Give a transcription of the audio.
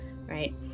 right